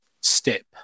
step